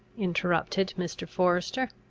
interrupted mr. forester.